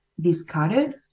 discarded